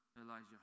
Elijah